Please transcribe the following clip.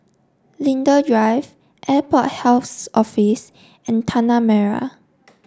Linden drive Airport Health Office and Tanah Merah